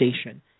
station